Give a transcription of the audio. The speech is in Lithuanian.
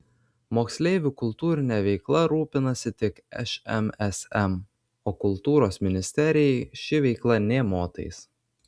moksleivių kultūrine veikla rūpinasi tik šmsm o kultūros ministerijai ši veikla nė motais